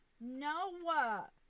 Noah